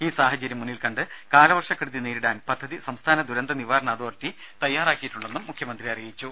ഈ സാഹചര്യം മുന്നിൽക്കണ്ട് ഗുരുതര കാലവർഷക്കെടുതി നേരിടാൻ പദ്ധതി സംസ്ഥാന ദുരന്ത നിവാരണ അതോറിറ്റി തയ്യാറാക്കിയിട്ടുണ്ടെന്നും മുഖ്യമന്ത്രി അറിയിച്ചു